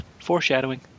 foreshadowing